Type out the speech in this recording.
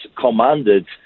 commanded